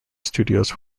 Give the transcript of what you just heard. studios